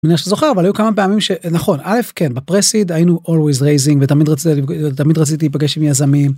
אני זוכר אבל היו כמה פעמים שנכון אלף כן בפרסיד היינו always raising ותמיד רציתי תמיד רציתי להיפגש עם יזמים.